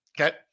Okay